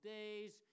days